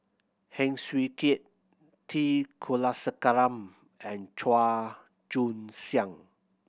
Heng Swee Keat T Kulasekaram and Chua Joon Siang